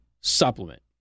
supplement